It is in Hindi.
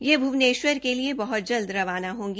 ये भुवनेष्वर के लिए बहुत जल्द रवाना होंगी